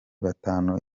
batanu